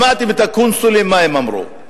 שמעתם את הקונסולים מה הם אמרו,